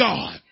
God